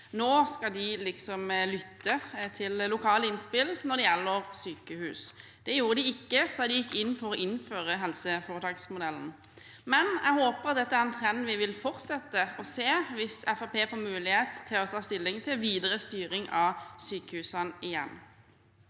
Nå skal de liksom lytte til lokale innspill når det gjelder sykehus; det gjorde de ikke da de gikk inn for å innføre helseforetaksmodellen. Jeg håper dette er en trend vi vil fortsette å se dersom Fremskrittspartiet igjen får muligheten til å ta stilling til videre styring av sykehusene.